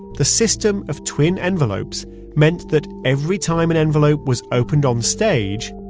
the system of twin envelopes meant that every time an envelope was opened on stage,